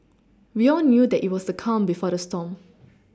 we all knew that it was the calm before the storm